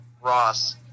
Ross